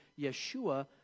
Yeshua